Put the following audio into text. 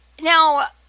Now